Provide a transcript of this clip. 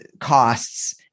costs